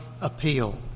appeal